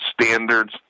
standards